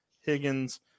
higgins